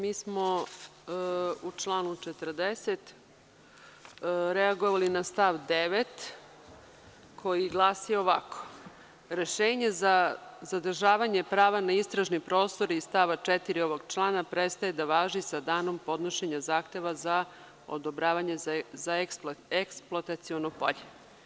Mi smo u članu 40.reagovali na stav 9. koji glasi ovako – rešenje za zadržavanje prava na istražni prostor iz stava 4. ovog člana prestaje da važi sa danom podnošenja zahteva za odobravanje za eksploataciono polje.